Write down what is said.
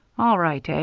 all right, ah?